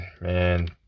man